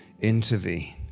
Intervene